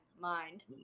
mind